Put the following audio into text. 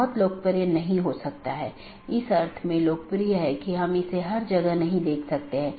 इसलिए जब ऐसी स्थिति का पता चलता है तो अधिसूचना संदेश पड़ोसी को भेज दिया जाता है